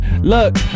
Look